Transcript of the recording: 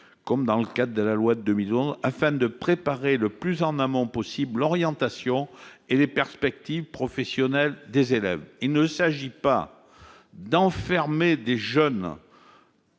cas dans le cadre de la loi de 2011, afin de préparer le plus en amont possible l'orientation de ces élèves et leurs perspectives professionnelles. Il ne s'agit pas d'enfermer des jeunes